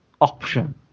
option